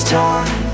time